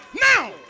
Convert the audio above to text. now